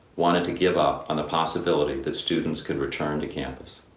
wanted to give up on the possibility that students could return to campus.